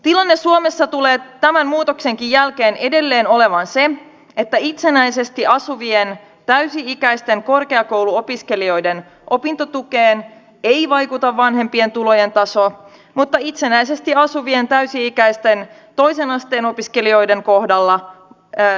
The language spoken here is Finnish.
tilanne suomessa tulee tämän muutoksenkin jälkeen edelleen olemaan se että itsenäisesti asuvien täysi ikäisten korkeakouluopiskelijoiden opintotukeen ei vaikuta vanhempien tulojen taso mutta itsenäisesti asuvien täysi ikäisten toisen asteen opiskelijoiden kohdalla se vaikuttaa